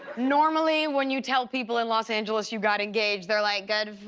normally, when you tell people in los angeles you got engaged they're, like, good